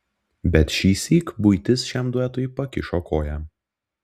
bet šįsyk buitis šiam duetui pakišo koją